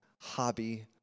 hobby